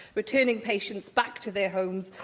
returning patients back to their homes,